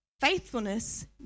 faithfulness